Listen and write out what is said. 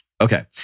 Okay